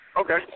Okay